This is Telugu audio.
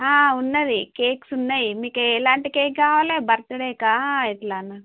ఉన్నది కేక్స్ ఉన్నాయి మీకు ఎలాంటి కేక్ కావాలి బర్త్డేకి ఆ ఎట్లా